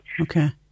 Okay